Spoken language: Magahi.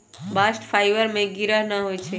बास्ट फाइबर में गिरह न होई छै